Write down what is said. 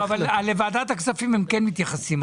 לוועדת הכספים הם כן מתייחסים.